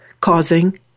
causing